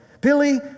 Billy